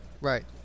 right